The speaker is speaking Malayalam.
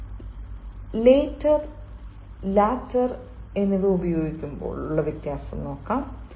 നിങ്ങൾ ലെറ്റർ ഉപയോഗിക്കുന്നു ലാറ്റെർ